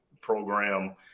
program